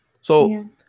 So-